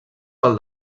pel